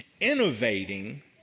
innovating